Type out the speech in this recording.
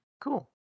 Cool